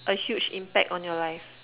a huge impact on your life